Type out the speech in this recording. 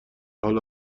حال